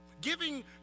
Giving